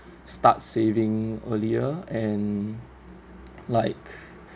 start saving earlier and like